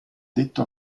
detto